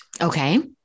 Okay